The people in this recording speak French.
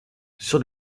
sur